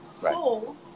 souls